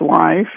life